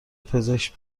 پزشک